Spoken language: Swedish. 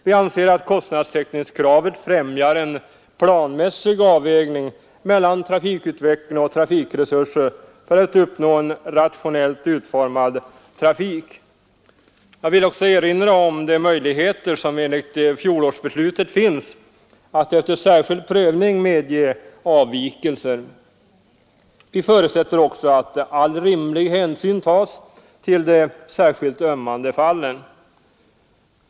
Vi anser att kostnadstäckningskravet främjar en planmässig avvägning mellan trafikutveckling och trafikresurser för att uppnå en rationellt utformad trafik. Jag vill erinra om de möjligheter som enligt fjolårets beslut finns att efter särskild prövning medge avvikelser. Vi förutsätter också att all rimlig hänsyn tas till de särskilt ömmande fallen.